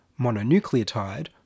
mononucleotide